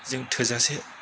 जों थोजासे